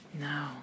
No